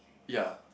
ya